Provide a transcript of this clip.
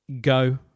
go